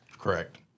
Correct